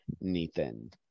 Nathan